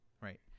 Right